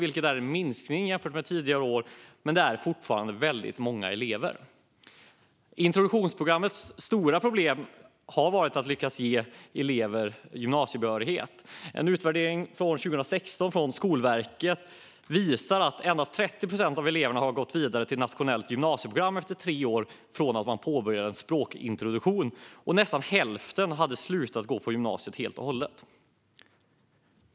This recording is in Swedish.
Det är en minskning jämfört med tidigare år, men det är fortfarande väldigt många elever. Introduktionsprogrammets stora problem har varit att lyckas ge eleverna gymnasiebehörighet. En utvärdering från Skolverket från 2016 visade att endast 30 procent av eleverna hade gått vidare till ett nationellt gymnasieprogram tre år efter att de påbörjade språkintroduktion och att nästan hälften hade slutat gå på gymnasiet helt och hållet.